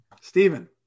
Stephen